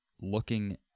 looking